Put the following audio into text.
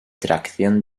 tracción